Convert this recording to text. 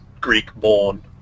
Greek-born